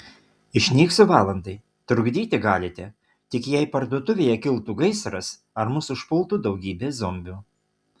išnyksiu valandai trukdyti galite tik jei parduotuvėje kiltų gaisras ar mus užpultų daugybė zombių